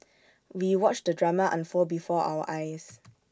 we watched the drama unfold before our eyes